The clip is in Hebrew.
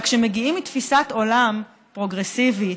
רק כשמגיעים מתפיסת עולם פרוגרסיבית,